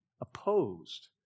opposed